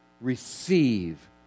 receive